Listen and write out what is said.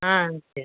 ஆ சரி